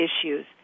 issues